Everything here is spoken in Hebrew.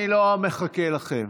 אני לא מחכה לכם.